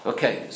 Okay